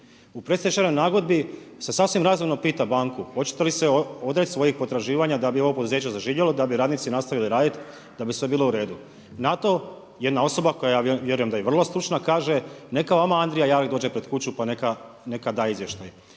U predstečajnoj nagodbi se sasvim razumno pita banku hoćete li se odreći svojih potraživanja da bi ovo poduzeće zaživjelo, da bi radnici nastavili raditi da bi sve bilo u redu. Na to jedna osoba koja ja vjerujem da je i vrlo stručna kaže neka vama Andrija Jarak dođe pred kuću pa neka da izvještaj.